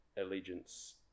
allegiance